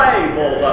Bible